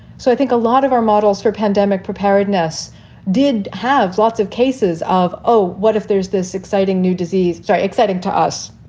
so i think a lot of our models for pandemic preparedness did have lots of cases of, oh, what if there's this exciting new disease so exciting to us,